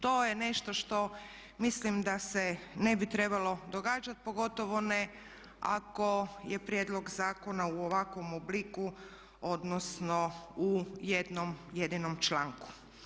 To je nešto što mislim da se ne bi trebalo događati pogotovo ne ako je prijedlog zakona u ovakvom obliku odnosno u jednom jedinom članku.